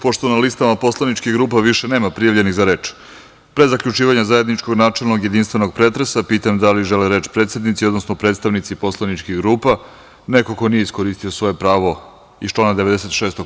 Pošto na listama poslaničkih grupa više nema prijavljenih za reč, pre zaključivanja zajedničkog, načelnog i jedinstvenog pretresa, pitam da li žele reč predsednici, odnosno predstavnici poslaničkih grupa ili neko ko nije iskoristio svoje pravo iz člana 96.